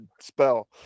spell